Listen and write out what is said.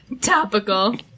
Topical